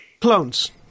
Clones